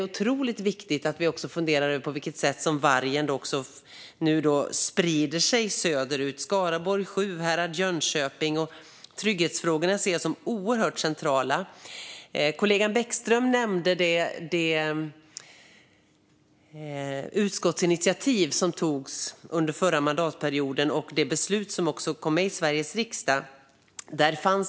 Vargen sprider sig nu söderut till Skaraborg, Sjuhärad och Jönköping, och jag ser trygghetsfrågan som helt central. Kollegan Bäckström nämnde det tillkännagivande som riksdagen tog beslut om under förra mandatperioden.